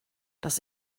das